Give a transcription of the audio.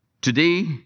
Today